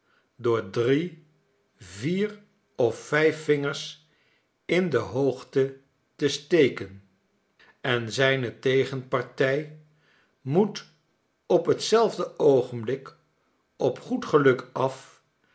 door drie vier of vijf vingers in de hoogte te steken en zijne tegenpartij moet op hetzelfd c oogenblik op goed geluk af